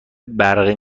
برقی